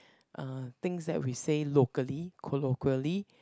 uh things that we say locally colloquially